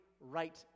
right